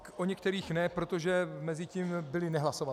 O některých ne, protože mezitím byly nehlasovatelné.